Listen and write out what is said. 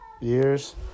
years